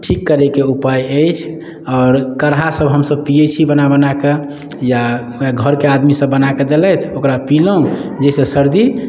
ठीक करैके उपाय अछि आओर काढ़ा सब हमसब पियै छी बना बना कऽ या घरके आदमी सब बना कऽ देलथि ओकरा पीलहुँ जाहिसँ सर्दी